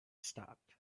stopped